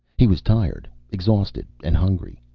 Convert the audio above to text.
he was tired, exhausted and hungry.